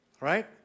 Right